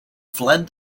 fled